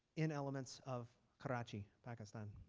in elements of karachi, pakistan.